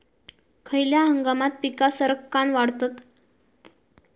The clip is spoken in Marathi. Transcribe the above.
खयल्या हंगामात पीका सरक्कान वाढतत?